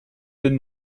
den